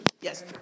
Yes